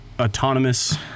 autonomous